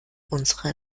unsere